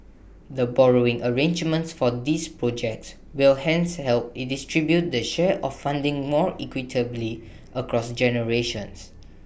the borrowing arrangements for these projects will hence help distribute the share of funding more equitably across generations